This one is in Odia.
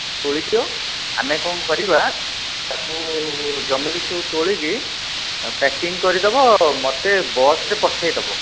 ତୋଳିଦିଅ ଆମେ କ'ଣ କରିବା ତାକୁ ଜମିରୁ ସବୁ ତୋଳିକି ପ୍ୟାକିଙ୍ଗ୍ କରିଦେବ ମୋତେ ବସ୍ରେ ପଠାଇଦେବ